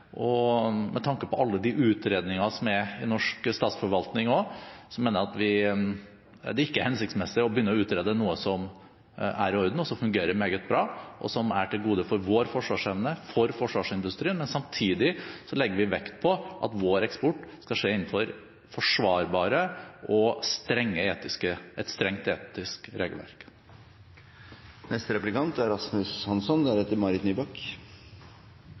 Og med tanke på alle de utredninger som er i norsk statsforvaltning, mener jeg at det ikke er hensiktsmessig å begynne å utrede noe som er i orden, som fungerer meget bra, og som er til gode for vår forsvarsevne og for forsvarsindustrien. Samtidig legger vi vekt på at vår eksport skal skje innenfor et forsvarlig og strengt etisk